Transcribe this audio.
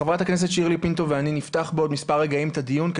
חברת הכנסת שירלי פינטו ואני נפתח בעוד מספר רגעים את הדיון,